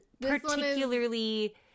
particularly